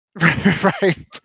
Right